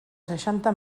seixanta